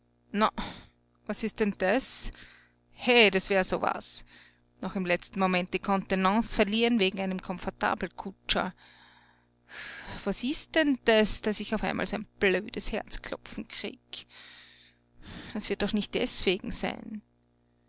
was ist denn das he das wär sowas noch im letzten moment die contenance verlieren wegen einem komfortabelkutscher was ist denn das daß ich auf einmal so ein blödes herzklopfen krieg das wird doch nicht deswegen sein